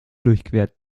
durchquert